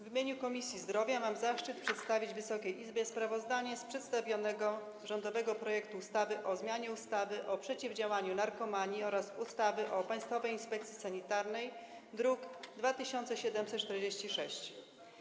W imieniu Komisji Zdrowia mam zaszczyt przedstawić Wysokiej Izbie sprawozdanie o przedstawionym rządowym projekcie ustawy o zmianie ustawy o przeciwdziałaniu narkomanii oraz ustawy o Państwowej Inspekcji Sanitarnej, druk nr 2746.